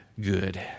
good